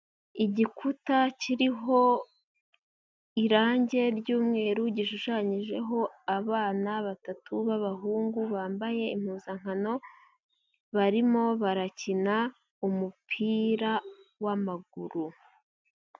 Igikuta kiriho irangi ryumweru gishushanyijeho abana batatu b'abahungu bambaye impuzankano barimo barakina umupira w'amaguru.